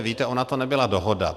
Víte, ona to nebyla dohoda.